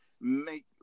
make